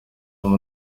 hari